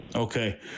okay